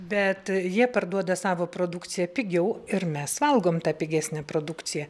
bet jie parduoda savo produkciją pigiau ir mes valgom tą pigesnę produkciją